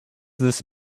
this